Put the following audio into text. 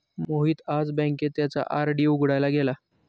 मोहित आज बँकेत त्याचा आर.डी उघडायला गेला